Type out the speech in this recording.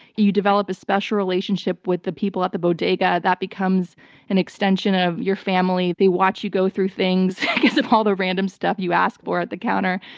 you develop a special relationship with the people at the bodega. that becomes an extension of your family. they watch you go through things because of all the random stuff you ask or at the counter.